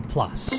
Plus